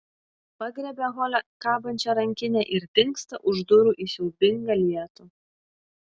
pagriebia hole kabančią rankinę ir dingsta už durų į siaubingą lietų